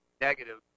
negative